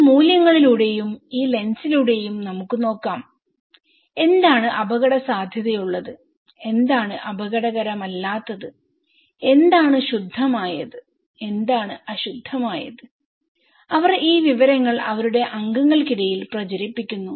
ഈ മൂല്യങ്ങളിലൂടെയും ഈ ലെൻസിലൂടെയും നമുക്ക് നോക്കാം എന്താണ് അപകടസാധ്യതയുള്ളത് എന്താണ് അപകടകരമല്ലാത്തത് എന്താണ് ശുദ്ധമായത് എന്താണ് അശുദ്ധമായത് അവർ ഈ വിവരങ്ങൾ അവരുടെ അംഗങ്ങൾക്കിടയിൽ പ്രചരിപ്പിക്കുന്നു